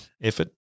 effort